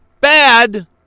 bad